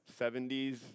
70s